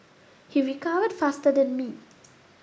he recovered faster than me